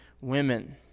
women